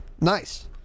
nice